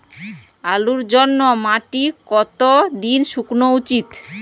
আলুর জন্যে মাটি কতো দিন শুকনো উচিৎ?